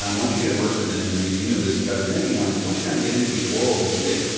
um once you get immersed in them, and you know this better than anyone, is once you kind of get into these worlds and see it,